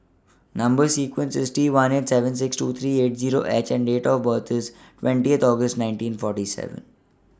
Number sequence IS T one eight seven six two three eight Zero H and Date of birth IS twentieth August nineteen forty seven